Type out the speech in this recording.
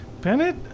Bennett